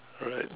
alright